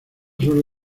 suele